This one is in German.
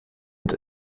und